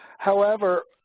however,